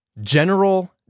General